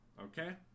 Okay